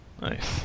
Nice